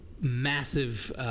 massive –